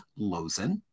Lozen